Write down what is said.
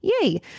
Yay